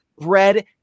bread